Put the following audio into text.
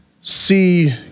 see